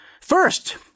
First